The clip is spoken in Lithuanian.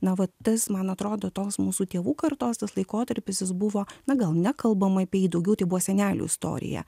na va tas man atrodo tos mūsų tėvų kartos tas laikotarpis jis buvo na gal nekalbam apie jį daugiau tai buvo senelių istorija